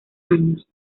años